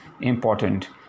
important